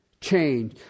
change